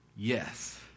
Yes